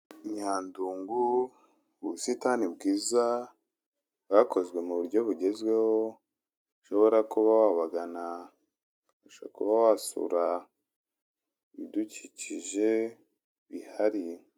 Nyandungu, ubusitani bwiza, bwakozwe mu buryo bugezweho, ushobora kuba wabagana, ushobora kuba wasura ibidukikije bihari.